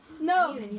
No